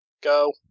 Go